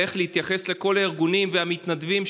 איך להתייחס לכל הארגונים והמתנדבים,